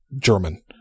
German